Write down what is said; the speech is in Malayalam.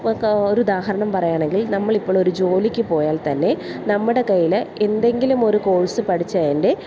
ഓ ഒരു ഉദാഹരണം പറയുകയാണെങ്കിൽ നമ്മൾ ഇപ്പോൾ ഒരു ജോലിക്ക് പോയാൽ തന്നെ നമ്മുടെ കയ്യിൽ എന്തെങ്കിലും ഒരു കോഴ്സ് പഠിച്ചതിൻ്റെ